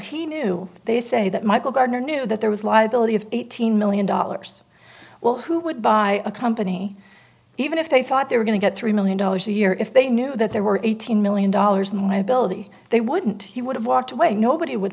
sale he knew they say that michael gartner knew that there was liability of eighteen million dollars well who would buy a company even if they thought they were going to get three million dollars a year if they knew that there were eighteen million dollars in liability they wouldn't he would have walked away nobody would